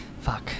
fuck